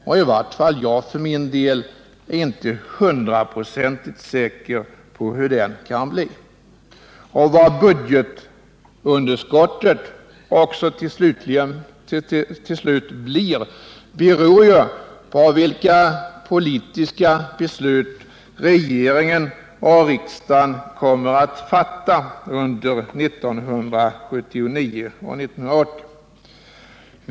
Jag är i vart fall för min del inte hundraprocentigt säker på hur utvecklingen kan bli. Vad budgetunderskottet till slut blir beror ju på vilka politiska beslut regeringen och riksdagen kommer att fatta under 1979 och 1980.